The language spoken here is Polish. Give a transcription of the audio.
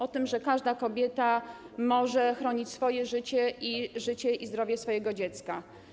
O tym, że każda kobieta może chronić swoje życie i życie i zdrowie swojego dziecka.